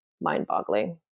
mind-boggling